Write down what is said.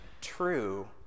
true